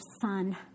son